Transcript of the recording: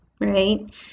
right